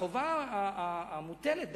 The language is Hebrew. החובה המוטלת,